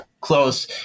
close